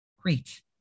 Great